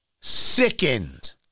sickened